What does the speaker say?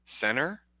center